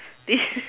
this